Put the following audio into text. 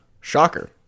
Shocker